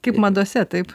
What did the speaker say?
kaip madose taip